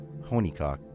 Honeycock